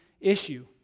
issue